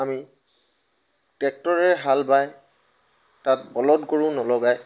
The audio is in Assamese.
আমি ট্ৰেক্টৰে হাল বাই তাত বলধ গৰু নলগাই